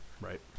Right